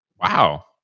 Wow